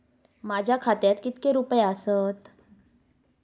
माझ्या खात्यात कितके रुपये आसत?